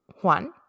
Juan